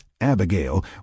Abigail